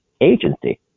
agency